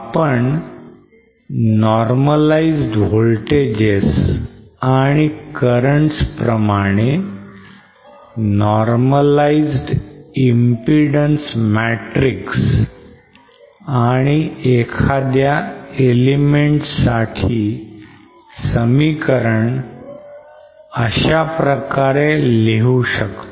आपण normalized voltages and currents प्रमाणे normalized impedance matrix आणि एखाद्या element साठी समीकरण अशाप्रकारे लिहू शकतो